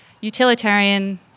utilitarian